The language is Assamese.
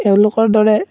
এওঁলোকৰ দৰে